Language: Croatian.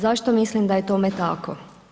Zašto mislim da je tome tako?